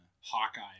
Hawkeye